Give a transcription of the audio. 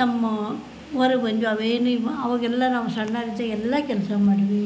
ನಮ್ಮ ಹೊರಗೆ ಬಂದ್ವಿ ಅವೇ ನಿಮ್ಮ ಆವಾಗೆಲ್ಲ ನಾವು ಸಣ್ಣರಿದ್ದಾಗ ಎಲ್ಲ ಕೆಲಸ ಮಾಡೀವಿ